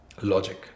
Logic